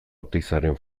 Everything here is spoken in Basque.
oteizaren